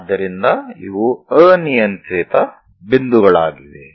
ಆದ್ದರಿಂದ ಇವು ಅನಿಯಂತ್ರಿತ ಬಿಂದುಗಳಾಗಿವೆ